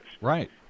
right